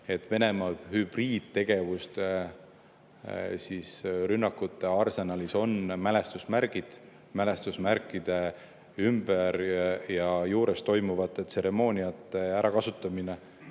et Venemaa hübriidtegevuste ja ‑rünnakute arsenalis on mälestusmärgid, mälestusmärkide ümber ja juures toimuvate tseremooniate ärakasutamine,